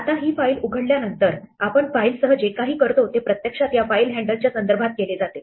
आता ही file handle उघडल्यानंतर आपण फाइलसह जे काही करतो ते प्रत्यक्षात या फाईल हँडलच्या संदर्भात केले जाते